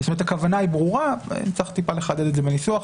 זאת אומרת שהכוונה ברורה ונצטרך טיפה לחדד את זה בניסוח,